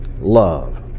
love